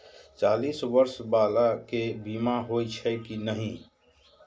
चालीस बर्ष बाला के बीमा होई छै कि नहिं?